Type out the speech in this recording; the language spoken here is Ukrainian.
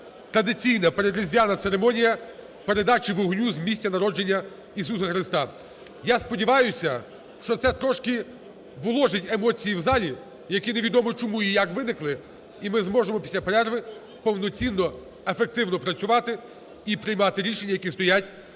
традиційна передріздвяна церемонія передачі вогню з місця народження Ісуса Христа. Я сподіваюся, що це трошки вложить емоції в залі, які невідомо чому і як виникли, і ми зможемо після перерви повноцінно ефективно працювати і приймати рішення, які стоять